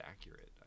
accurate